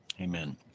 Amen